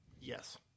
Yes